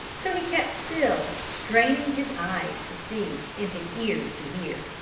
so he kept still, straining his eyes to see and his ears to hear.